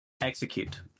Execute